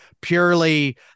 purely